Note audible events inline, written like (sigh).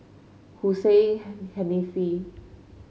Hussein (unintelligible) Haniff